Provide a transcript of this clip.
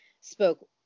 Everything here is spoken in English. spoke